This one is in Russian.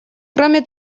кроме